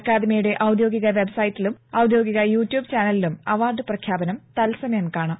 അക്കാദമിയുടെ ഔദ്യോഗിക വെബ്സൈറ്റിലും ഔദ്യോഗിക യൂട്യൂബ് ചാനലിലും അവാർഡ് പ്രഖ്യാപനം തത്സമയം കാണാം